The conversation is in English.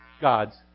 God's